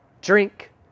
drink